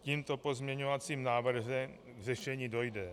Tímto pozměňovacím návrhem k řešení dojde.